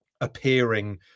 appearing